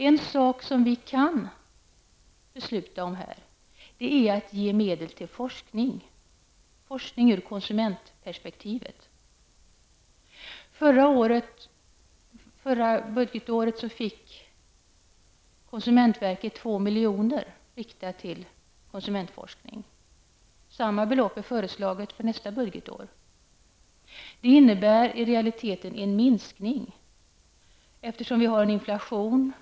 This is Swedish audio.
En sak som vi kan besluta om är att ge medel till forskning ur konsumentperspektivet. Förra budgetåret fick konsumentverket 2 milj.kr. till konsumentforskning. Samma belopp är föreslaget för nästa budgetår. Det innebär i realiteten en minskning med tanke på den inflation som vi har.